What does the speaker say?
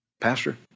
Pastor